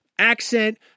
Accent